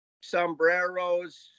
sombreros